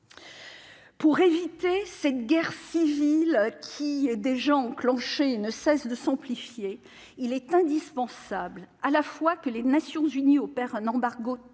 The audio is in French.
Pour enrayer cette guerre civile, qui est déjà enclenchée et ne cesse de s'amplifier, il est indispensable que les Nations unies établissent un embargo